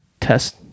Test